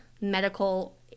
medical